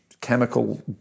chemical